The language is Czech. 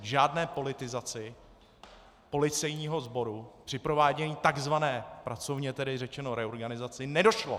K žádné politizaci policejního sboru při provádění takzvané pracovně řečeno reorganizace nedošlo.